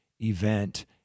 event